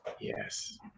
Yes